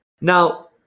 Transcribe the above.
now